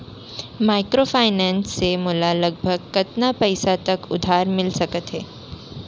Microfinance से मोला लगभग कतना पइसा तक उधार मिलिस सकत हे?